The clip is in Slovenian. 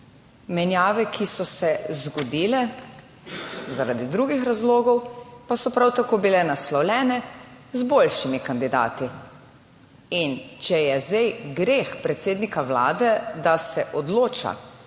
Menjave, ki so se zgodile zaradi drugih razlogov, pa so prav tako bile naslovljene z boljšimi kandidati. In če je zdaj greh predsednika Vlade, da se odloča